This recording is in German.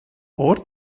ort